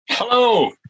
Hello